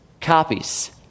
copies